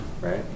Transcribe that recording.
right